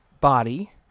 body